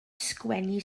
sgwennu